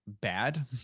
bad